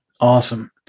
Awesome